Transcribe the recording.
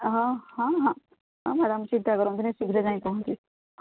ହଁ ହଁ ହଁ ମ୍ୟାଡ଼ମ୍ ଚିନ୍ତା କରନ୍ତୁନି ଶୀଘ୍ର ଯାଇଁ ପହଞ୍ଚିବ